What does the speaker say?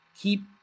keep